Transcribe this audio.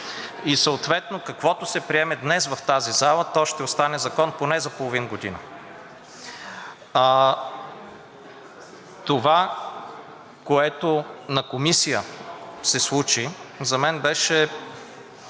Съответно, каквото се приеме днес в тази зала, то ще остане закон поне за половин година. Това, което се случи в Комисията, за мен беше